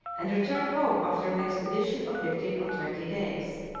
and returned home after an expedition of fifteen or twenty days.